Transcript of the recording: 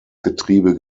getriebe